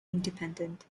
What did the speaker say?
independent